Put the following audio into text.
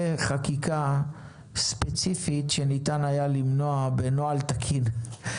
חקיקה ספציפית שניתן היה למנוע בנוהל תקין.